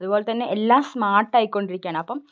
അതുപോലെ തന്നെ എല്ലാ സ്മാർട്ടായി കൊണ്ടിരിക്കുകയാണ് അപ്പം